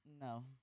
no